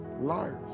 Liars